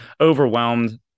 overwhelmed